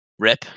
Rip